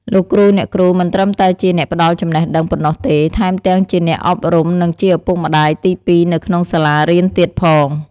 លោកគ្រូ អ្នកគ្រូ មិនត្រឹមតែជាអ្នកផ្ដល់ចំណេះដឹងប៉ុណ្ណោះទេ ថែមទាំងជាអ្នកអប់រំ និងជាឪពុកម្ដាយទីពីរនៅក្នុងសាលារៀនទៀតផង។